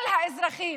כל האזרחים,